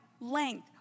length